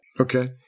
Okay